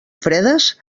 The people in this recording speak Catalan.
fredes